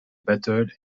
battle